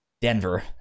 Denver